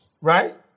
right